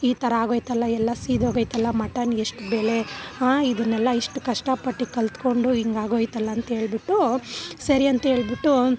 ಈ ಥರ ಆಗೋಯ್ತಲ್ಲ ಎಲ್ಲ ಸೀದೋಗೈತಲ್ಲ ಮಟನ್ ಎಷ್ಟು ಬೆಲೆ ಹಾ ಇದನ್ನೆಲ್ಲ ಇಷ್ಟು ಕಷ್ಟಪಟ್ಟು ಕಲಿತ್ಕೊಂಡು ಹಿಂಗಾಗೋಯ್ತಲ್ಲ ಅಂತೇಳಿಬಿಟ್ಟು ಸರಿ ಅಂತೇಳಿಬಿಟ್ಟು